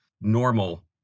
normal